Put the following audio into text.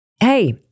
Hey